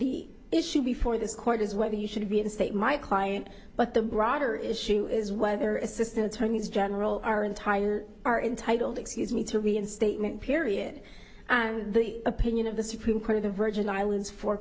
the issue before this court is whether you should be in state my client but the broader issue is whether assistant attorney general our entire are intitled excuse me to reinstatement period and the opinion of the supreme court of the virgin islands for